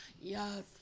Yes